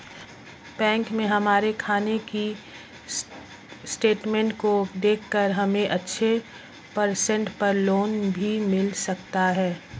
bank में हमारे खाने की स्टेटमेंट को देखकर हमे अच्छे परसेंट पर लोन भी मिल सकता है